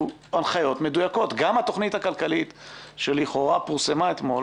גם התכנית הכלכלית שיצאה אתמול